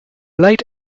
late